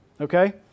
okay